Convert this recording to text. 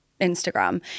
Instagram